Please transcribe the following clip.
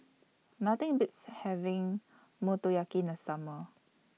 Nothing Beats having Motoyaki in The Summer